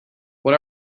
what